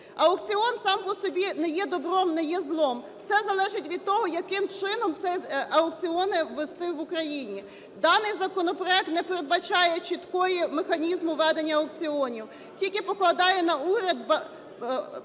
Аукціон сам по собі не є добром, не є злом. Все залежить від того, яким чином ці аукціони вести в Україні. Даний законопроект не передбачає чіткого механізму ведення аукціонів, тільки покладає на уряд зобов'язання